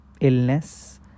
illness